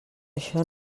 això